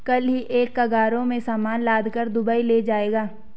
कल ही एक कार्गो में सामान लादकर दुबई ले जाया गया